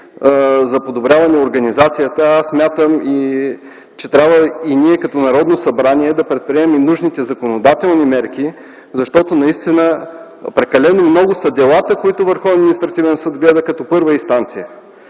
за подобряване организацията, смятам, че ние като Народно събрание трябва да предприемем и нужните законодателни мерки, защото наистина прекалено много са делата, които Върховният административен съд гледа като първа инстанция.